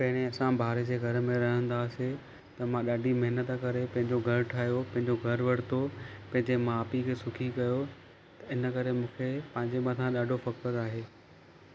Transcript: पहिरें असां भाड़े जे घर में रहंदा हुआसीं त मां ॾाढी महिनत करे पंहिंजो घरु ठाहियो पंहिंजो घरु वरितो पंहिंजे माउ पीउ खे सुखी कयो इनकरे मूंखे पंहिंजे मथा ॾाढो फ़ख़्रु आहे